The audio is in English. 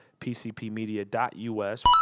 PCPmedia.us